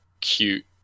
cute